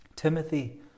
Timothy